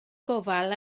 gofal